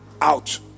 out